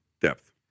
depth